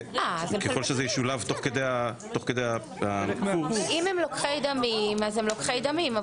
וככל שזה ישולב תוך כדי הקורס --- אם הם לוקחי דמים הם לוקחי דמים,